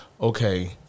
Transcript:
Okay